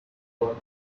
got